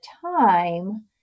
time